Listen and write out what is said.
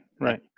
right